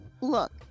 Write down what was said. Look